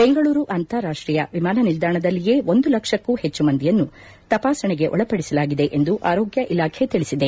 ಬೆಂಗಳೂರು ಅಂತಾರಾಷ್ಷೀಯ ವಿಮಾನ ನಿಲ್ದಾಣದಲ್ಲಿಯೇ ಒಂದು ಲಕ್ಷಕ್ಕೂ ಹೆಚ್ಚು ಮಂದಿಯನ್ನು ತಪಾಸಣೆಗೊಳಪಡಿಸಲಾಗಿದೆ ಎಂದು ಆರೋಗ್ಯ ಇಲಾಖೆ ತಿಳಿಸಿದೆ